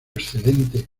excelente